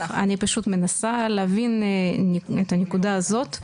אני פשוט מנסה להבין את הנקודה הזאת.